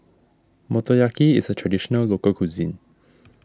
Motoyaki is a Traditional Local Cuisine